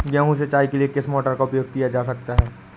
गेहूँ सिंचाई के लिए किस मोटर का उपयोग किया जा सकता है?